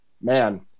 Man